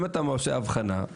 אם אתה עושה אבחון,